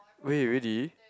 wait really